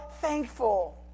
thankful